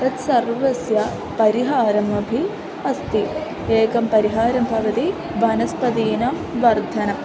तत्सर्वस्य परिहारमपि अस्ति एकं परिहारं भवति वनस्पतीनां वर्धनम्